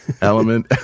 element